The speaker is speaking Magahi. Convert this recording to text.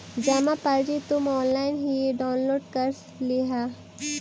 जमा पर्ची तुम ऑनलाइन ही डाउनलोड कर लियह